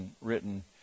written